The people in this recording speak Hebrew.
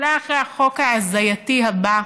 אולי אחרי החוק ההזייתי הבא